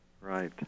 Right